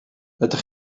ydych